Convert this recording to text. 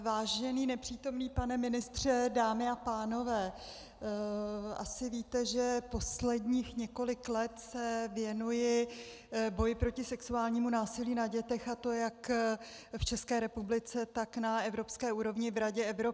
Vážený nepřítomný pane ministře, dámy a pánové, asi víte, že posledních několik let se věnuji boji proti sexuálnímu násilí na dětech, a to jak v České republice, tak na evropské úrovni v Radě Evropy.